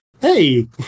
hey